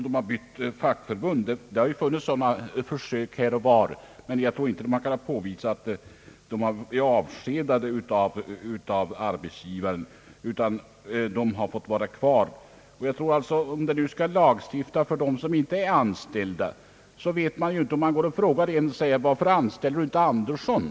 Det har funnits försök här och var i den riktningen, men jag tror inte att det har kunnat påvisas att några har blivit avskedade av arbetsgivaren av den anledningen, utan de har fått stanna kvar i sitt arbete, även om de har bytt fackförbund.